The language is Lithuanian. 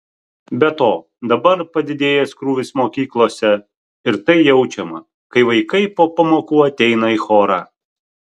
be to dabar padidėjęs krūvis mokyklose ir tai jaučiama kai vaikai po pamokų ateina į chorą